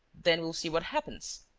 then we'll see what happens.